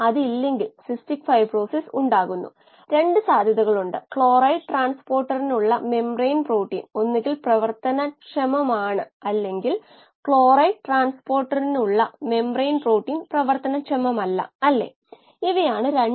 അതിനാൽ ഈ മില്ലിവോൾട്ട് മൂല്യം 𝐶 ന് നേരിട്ട് ആനുപാതികമാണ് അതിനാൽ നമുക്ക് ഇത് 𝐶 ആയിട്ടു എടുക്കാം